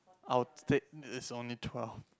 our is only twelve